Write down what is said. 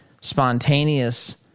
spontaneous